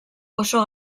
oso